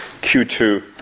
Q2